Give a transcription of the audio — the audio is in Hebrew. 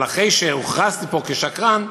אבל אחרי שהוכרזתי פה כשקרן,